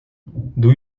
doe